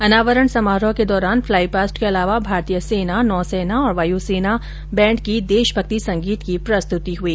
अनावरण समारोह के दौरान फ्लाई पास्ट के अलावा भारतीय सेना नौसेना और वायुसेना बैंड की देशभक्ति संगीत की प्रस्तृति हई